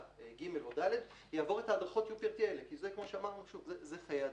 ג' או ד' יעבור את הדרכות UPRT האלה כי זה חיי אדם.